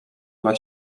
dla